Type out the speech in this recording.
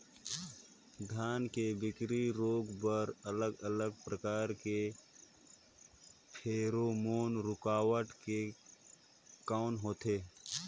धान के बाकी रोग बर अलग अलग प्रकार के फेरोमोन रूकावट के कौन होथे?